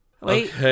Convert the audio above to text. Wait